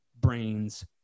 brains